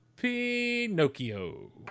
Pinocchio